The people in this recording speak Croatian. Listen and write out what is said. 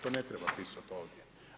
To ne treba pisat ovdje.